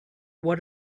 what